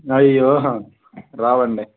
అయ్యో రావండి